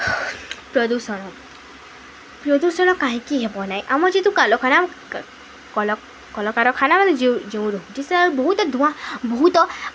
ପ୍ରଦୂଷଣ ପ୍ରଦୂଷଣ କାହିଁକି ହେବ ନାଇଁ ଆମର ଯେହେତୁ କାଲଖାନା କ କଲକାରଖାନାରେ ଯେଉଁ ରହିଛି ବହୁତ ଧୂଆଁ ବହୁତ